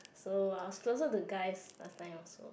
so I was closer to guys last time also